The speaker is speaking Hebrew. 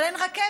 אבל אין רכבת,